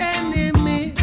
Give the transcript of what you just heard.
enemy